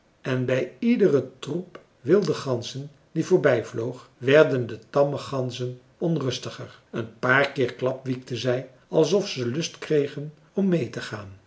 en bij iederen troep wilde ganzen die voorbij vloog werden de tamme ganzen onrustiger een paar keer klapwiekten zij alsof ze lust kregen om meê te gaan